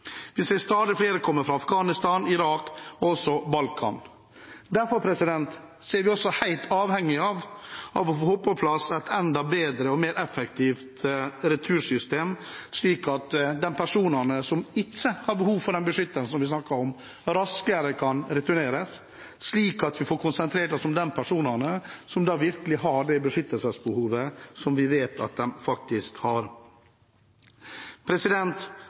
Vi ser at stadig flere kommer fra Afghanistan, Irak og fra Balkan. Derfor er vi helt avhengig av å få på plass et enda bedre og mer effektivt retursystem, slik at de personene som ikke har behov for den beskyttelsen vi snakker om, raskere kan returneres, slik at vi får konsentrert oss om de personene som virkelig har det beskyttelsesbehovet som vi vet at de faktisk har.